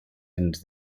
and